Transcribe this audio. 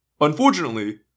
Unfortunately